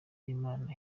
imana